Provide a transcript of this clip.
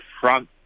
front